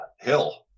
Hill